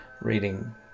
reading